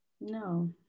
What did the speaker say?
no